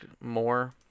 more